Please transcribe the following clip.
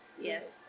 Yes